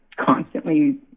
constantly